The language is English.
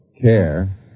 Care